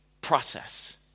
process